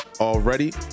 already